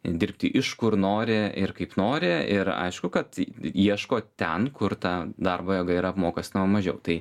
dirbti iš kur nori ir kaip nori ir aišku kad ieško ten kur ta darbo jėga yra apmokestinama mažiau tai